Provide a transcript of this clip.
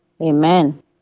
Amen